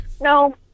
No